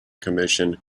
commission